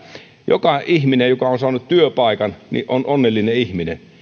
joka ihminen joka on saanut työpaikan on onnellinen ihminen